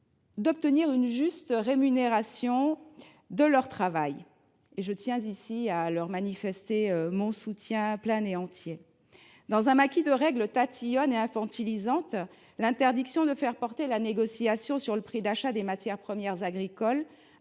d’obtenir une juste rémunération de leur travail. Je tiens à leur exprimer ici mon soutien plein et entier. Dans un maquis de règles tatillonnes et infantilisantes, l’interdiction de faire porter la négociation sur le prix d’achat des matières premières agricoles